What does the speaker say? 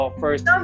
first